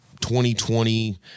2020